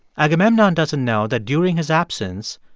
agamemnon doesn't know that, during his absence,